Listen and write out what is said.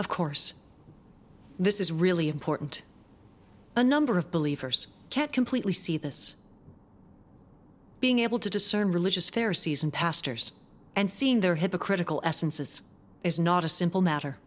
of course this is really important a number of believers can't completely see this being able to discern religious fair season pastors and seeing their hypocritical essences is not a simple matter